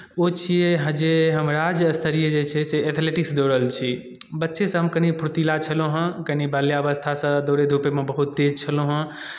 ओ छियै जे हम राजस्तरीय जे छै से एथलेटिक्स दौड़ल छी बच्चेसँ हम कनी फुर्तीला छलहुँ हेँ कनी बाल्यावस्थासँ दौड़ै धूपैमे बहुत तेज छलहुँ हेँ